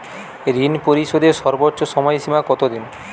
ঋণ পরিশোধের সর্বোচ্চ সময় সীমা কত দিন?